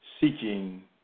seeking